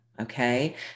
okay